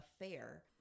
affair